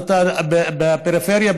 בפריפריה,